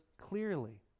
clearly